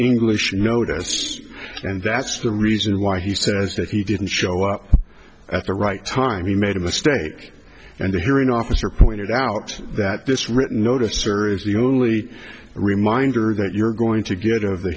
english notice and that's the reason why he says that he didn't show up at the right time he made a mistake and the hearing officer pointed out that this written notice sir is the only reminder that you're going to get out of the